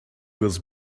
was